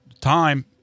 Time